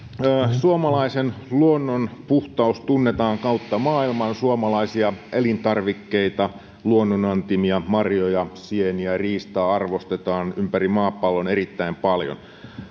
suomalaisen luonnon puhtaus tunnetaan kautta maailman suomalaisia elintarvikkeita luonnonantimia marjoja sieniä riistaa arvostetaan ympäri maapallon erittäin paljon